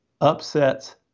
upsets